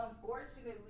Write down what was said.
Unfortunately